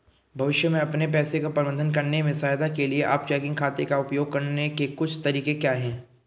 भविष्य में अपने पैसे का प्रबंधन करने में सहायता के लिए आप चेकिंग खाते का उपयोग करने के कुछ तरीके क्या हैं?